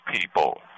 people